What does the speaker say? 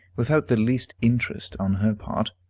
without the least interest on her part.